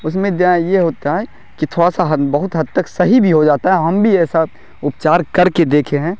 اس میں یہ ہوتا ہے کہ تھوڑا سا بہت حد تک صحیح بھی ہو جاتا ہے اور ہم بھی ایسا اپچار کر کے دیکھے ہیں